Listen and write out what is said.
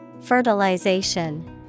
Fertilization